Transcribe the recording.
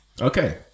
Okay